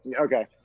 Okay